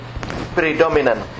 predominant